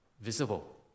visible